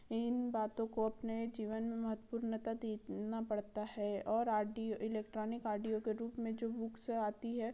इन बातों को अपने जीवन में महत्वपूर्णता देना पड़ता है और आडियो इलेक्ट्रॉनिक ऑडियो के रूप में जो बुक्स आती हैं